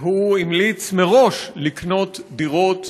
והוא המליץ מראש לכולנו לקנות דירות.